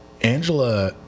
Angela